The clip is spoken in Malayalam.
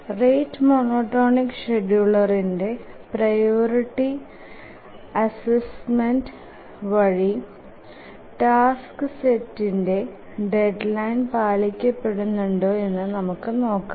റേറ്റ് മോനോടോണിക് ഷ്ഡ്യൂളിങ്ന്ടെ പ്രിയോറിറ്റി അസ്സൈന്മെന്റ് വഴി ടാസ്ക് സെറ്റ്ന്ടെ ഡെഡ്ലൈൻ പാലിക്കപ്പെടുന്നുണ്ടോ എന്നു നമുക്ക് നോക്കാം